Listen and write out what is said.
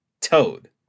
Toad